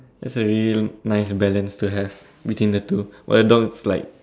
that's a really nice balance to have between the two while the dog is like